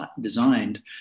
designed